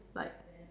like